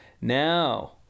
Now